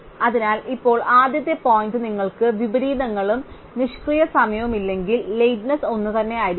അതിനാൽ ഇപ്പോൾ ആദ്യത്തെ പോയിന്റ് നിങ്ങൾക്ക് വിപരീതങ്ങളും നിഷ്ക്രിയ സമയവുമില്ലെങ്കിൽ ലേറ്റ്നെസ് ഒന്നുതന്നെയായിരിക്കണം